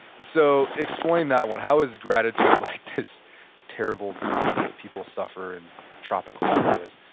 so explain that one. how is gratitude like this terrible disease that people suffer in tropical areas?